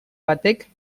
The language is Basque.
batek